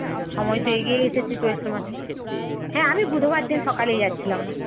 হুম সময় তো এগিয়েই এসেছে চৈত্র মাস হ্যাঁ আমি বুধবার দিন সকালেই যাচ্ছিলাম না